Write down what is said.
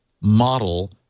model